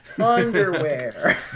Underwear